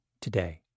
today